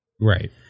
Right